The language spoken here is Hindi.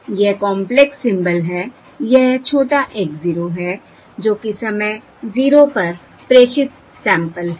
यह कॉम्प्लेक्स सिंबल है यह x छोटा x 0 है जो कि समय 0 पर प्रेषित सैंपल है